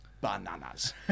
bananas